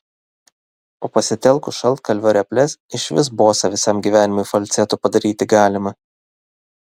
o pasitelkus šaltkalvio reples išvis bosą visam gyvenimui falcetu padaryti galima